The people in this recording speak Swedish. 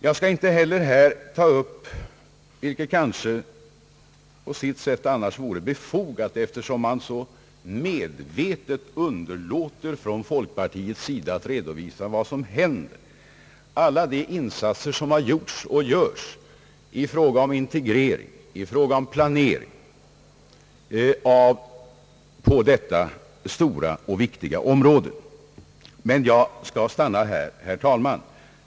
Jag skall inte heller här ta upp — vilket annars kanske på sitt sätt vore befogat, eftersom man så medvetet från folkpartiets sida underlåter att redovisa vad som händer — alla de insatser som har gjorts och görs i fråga om integrering och planering på detta stora och viktiga område. Jag skall stanna här, herr talman!